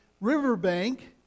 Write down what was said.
riverbank